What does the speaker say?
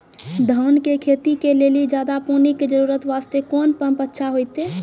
धान के खेती के लेली ज्यादा पानी के जरूरत वास्ते कोंन पम्प अच्छा होइते?